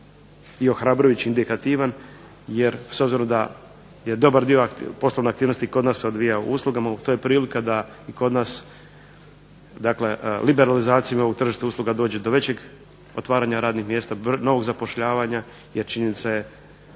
i ohrabrujući i indikativan jer s obzirom da je dobar dio poslovne aktivnosti kod nas se odvija u uslugama to je prilika da kod nas dakle liberalizacijom u tržištu usluga dođe do većeg otvaranja radnih mjesta, novog zapošljavanja jer činjenica je